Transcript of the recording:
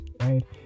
right